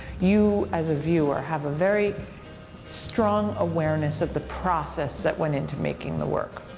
you as a viewer have a very strong awareness of the process that went into making the work.